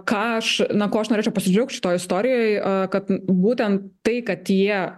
ką aš na kuo aš norėčiau pasidžiaugt šitoj istorijoj kad būtent tai kad jie